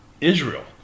Israel